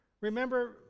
Remember